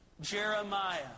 Jeremiah